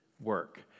work